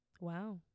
Wow